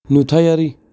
नुथाइयारि